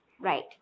Right